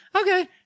okay